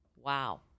Wow